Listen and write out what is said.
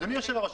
אדוני היושב-ראש,